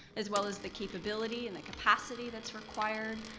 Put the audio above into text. as well as the capability and the capacity that's required.